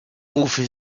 rufe